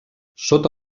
sota